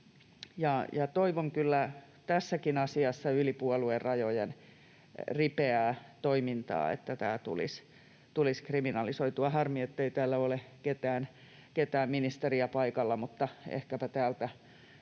Toivon kyllä tässäkin asiassa yli puoluerajojen ripeää toimintaa, että tämä tulisi kriminalisoitua. Harmi, ettei täällä ole ketään ministeriä paikalla, mutta ehkäpä täältä